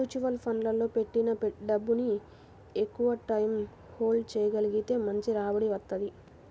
mutual ఫండ్లలో పెట్టిన డబ్బుని ఎక్కువటైయ్యం హోల్డ్ చెయ్యగలిగితే మంచి రాబడి వత్తది